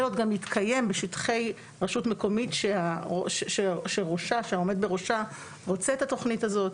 הפיילוט גם מתקיים בשטחי רשות מקומית שהעומד בראשה רוצה את התוכנית הזאת